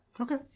Okay